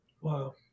Wow